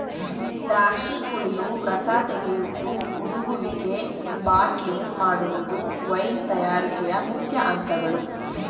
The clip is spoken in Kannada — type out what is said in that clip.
ದ್ರಾಕ್ಷಿ ಕುಯಿಲು, ರಸ ತೆಗೆಯುವುದು, ಹುದುಗುವಿಕೆ, ಬಾಟ್ಲಿಂಗ್ ಮಾಡುವುದು ವೈನ್ ತಯಾರಿಕೆಯ ಮುಖ್ಯ ಅಂತಗಳು